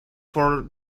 for